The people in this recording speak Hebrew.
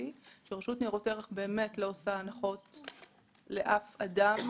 - שרשות ניירות ערך באמת לא עושה הנחות לאף אדם.